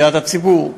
ולידיעת הציבור,